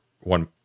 one